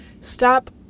stop